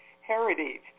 heritage